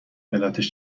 علتش